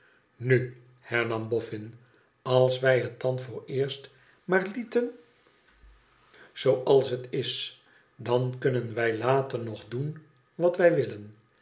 nu hernam bofhn als wij het dan vooreerst maar lieten zooals het is dan kunnen wij later nog doen wat wij willen